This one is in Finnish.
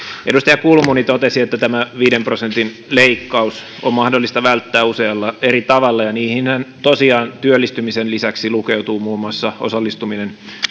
edustaja kulmuni totesi että tämä viiden prosentin leikkaus on mahdollista välttää usealla eri tavalla ja niihin tapoihinhan tosiaan työllistymisen lisäksi lukeutuu muun muassa osallistuminen